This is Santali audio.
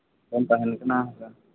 ᱛᱟᱦᱮᱱ ᱠᱟᱱᱟ ᱦᱮᱥᱮ